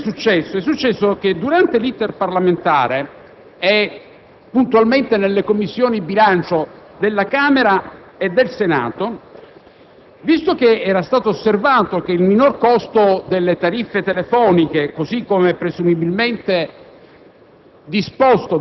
mobile. È tuttavia successo che durante l'*iter* parlamentare, e puntualmente nelle Commissioni bilancio della Camera e del Senato, è stato osservato che il minor costo delle tariffe telefoniche, così come presumibilmente